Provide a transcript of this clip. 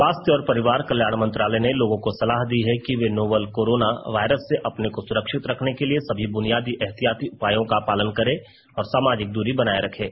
स्वास्थ्य और परिवार कल्याण मंत्रालय ने लोगों को सलाह दी है कि वे नोवल कोरोना वायरस से अपने को सुरक्षित रखने के लिए सभी बुनियादी एहतियाती उपायों का पालन करें और सामाजिक दूरी बनाए रखें